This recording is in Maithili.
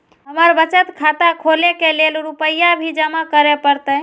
हमर बचत खाता खोले के लेल रूपया भी जमा करे परते?